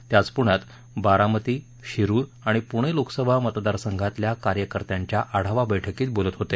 ते आज पुण्यात बारामती शिरुर आणि पुणे लोकसभा मतदारसंघातल्या कार्यकर्त्यांच्या आढावा बैठकीत बोलत होते